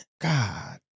God